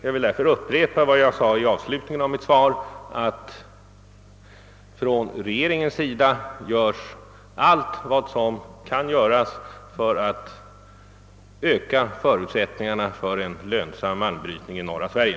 Jag vill därför nu endast upprepa vad jag framhöll i avslutningen av mitt svar, nämligen att vi från regeringens sida gör allt vad som kan göras för att öka förutsättningarna för en lönsam malmbrytning i norra Sverige.